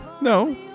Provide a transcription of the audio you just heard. No